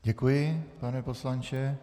Děkuji, pane poslanče.